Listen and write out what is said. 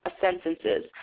Sentences